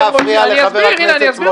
לא להפריע לחבר הכנסת סמוטריץ'.